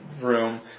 room